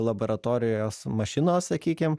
laboratorijos mašinos sakykim